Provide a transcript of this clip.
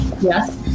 Yes